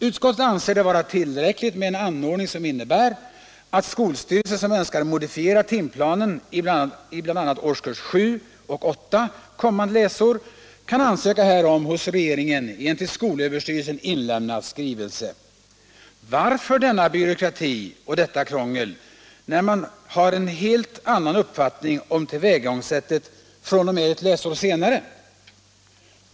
Utskottet anser det vara tillräckligt med en anordning som innebär att skolstyrelse som önskar modifiera timplanen i bl.a. årskurs 7 och 8 kommande läsår kan ansöka härom hos regeringen i en till skolöverstyrelsen inlämnad skrivelse. Varför denna byråkrati och detta krångel, när man har en helt annan uppfattning om tillvägagångssättet fr.o.m. ett läsår senare?